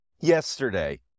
Yesterday